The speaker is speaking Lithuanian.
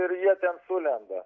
ir jie ten sulenda